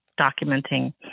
documenting